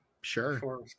Sure